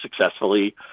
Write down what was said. successfully